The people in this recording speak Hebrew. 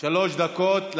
שלוש דקות.